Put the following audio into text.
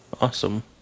Awesome